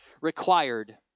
Required